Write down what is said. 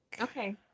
Okay